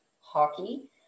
hockey